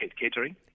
Catering